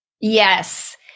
Yes